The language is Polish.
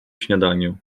śniadaniu